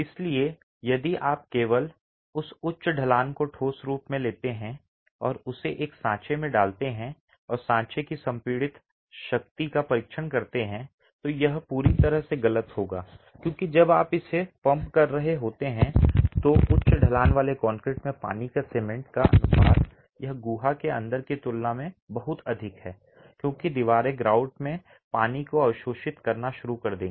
इसलिए यदि आप केवल उस उच्च ढलान को ठोस रूप में लेते हैं और उसे एक सांचे में डालते हैं और सांचे की संपीडन शक्ति का परीक्षण करते हैं तो यह पूरी तरह से गलत होगा क्योंकि जब आप इसे पंप कर रहे होते हैं तो उच्च ढलान वाले कंक्रीट में पानी का सीमेंट अनुपात यह गुहा के अंदर की तुलना में बहुत अधिक है क्योंकि दीवारें ग्राउट में पानी को अवशोषित करना शुरू कर देंगी